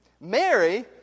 Mary